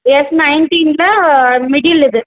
S நயன்டினில் middle இது